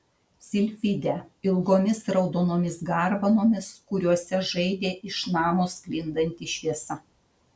silfidę ilgomis raudonomis garbanomis kuriuose žaidė iš namo sklindanti šviesa